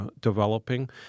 developing